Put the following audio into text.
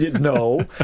no